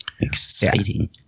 Exciting